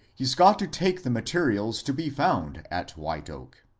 he s got to take the materials to be found at white oak.